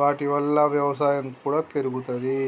వాటి వల్ల వ్యవసాయం కూడా పెరుగుతది